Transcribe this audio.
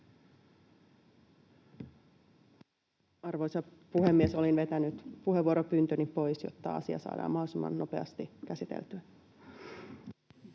Arvoisa puhemies, olin vetänyt puheenvuoropyyntöni pois, jotta asia saadaan mahdollisimman nopeasti käsiteltyä.